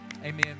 Amen